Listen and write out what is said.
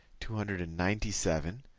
two hundred and ninety seven.